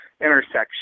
intersection